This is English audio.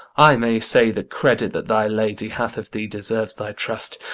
i may say the credit that thy lady hath of thee deserves thy trust,